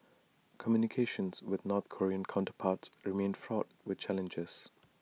communications with north Korean counterparts remain fraught with challenges